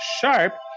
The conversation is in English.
sharp